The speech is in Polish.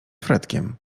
fredkiem